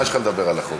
מה יש לך לדבר על החוק?